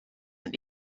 und